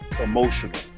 emotional